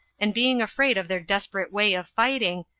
and being afraid of their desperate way of fighting,